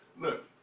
look